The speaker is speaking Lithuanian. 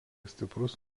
stiprus